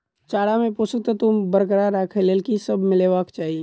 चारा मे पोसक तत्व बरकरार राखै लेल की सब मिलेबाक चाहि?